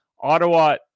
Ottawa